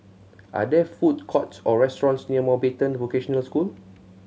are there food courts or restaurants near Mountbatten Vocational School